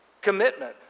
Commitment